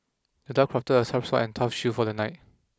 the dwarf crafted a sharp sword and a tough shield for the knight